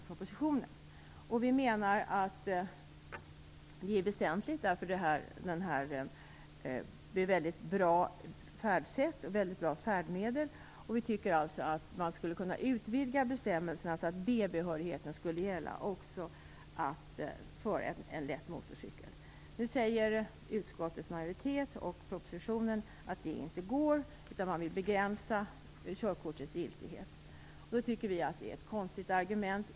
Detta är väsentligt, eftersom skotermopeden är ett väldigt bra färdmedel. Vi tycker alltså att man skulle kunna utvidga bestämmelserna så att B-behörigheten också skulle gälla förandet av lätt motorcykel. Nu sägs det i propositionen och av utskottets majoritet att detta inte är möjligt, utan man vill begränsa körkortets giltighet. Vi tycker att det är ett konstigt argument.